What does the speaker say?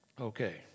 Okay